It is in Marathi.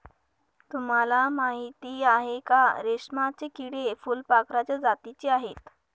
तुम्हाला माहिती आहे का? रेशमाचे किडे फुलपाखराच्या जातीचे आहेत